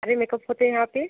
सारे मेकअप होते हैं यहां पर